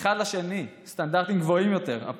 אחד לשני סטנדרטים גבוהים יותר אחד לשני,